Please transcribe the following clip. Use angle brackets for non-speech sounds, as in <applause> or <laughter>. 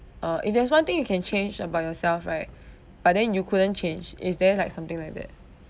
uh if there's one thing you can change about yourself right <breath> but then you couldn't change is there like something like that